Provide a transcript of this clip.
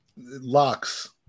Locks